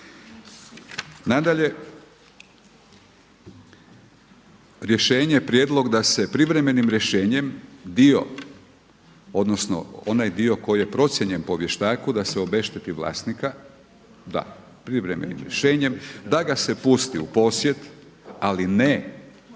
Nadalje, rješenje je prijedlog da se privremenim rješenjem dio odnosno onaj dio koji je procijenjen po vještaku da se obešteti vlasnika. Da, privremenim